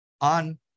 on